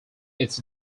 its